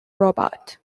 robot